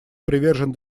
привержен